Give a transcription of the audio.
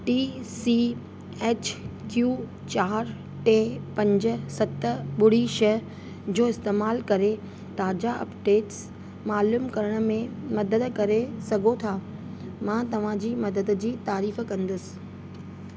T C H Q चारि टे पंज सत ॿुड़ी छह जो इस्तेमाल करे ताज़ा अपडेट्स मालूम करण में मदद करे सघो था मां तव्हांजी मदद जी तारीफ़ कंदसि